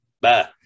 Bye